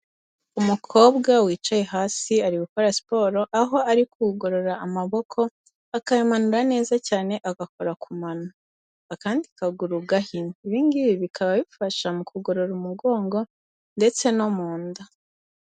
Umukobwa wicaye hasi ari gukora siporo, aho ari kugorora amaboko, akayamanura neza cyane agakora ku mano akandi kaguru gahinnye, ibi ngibi bikaba bifasha mu kugorora umugongo ndetse no mu nda.